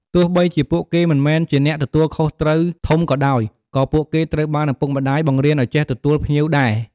ទោះបីជាពួកគេមិនមែនជាអ្នកទទួលខុសត្រូវធំក៏ដោយ ក៏ពួកគេត្រូវបានឪពុកម្តាយបង្រៀនឲ្យចេះទទួលភ្ញៀវដែរ។